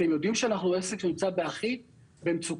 אתם יודעים שאנחנו עסק שנמצא הכי במצוקה.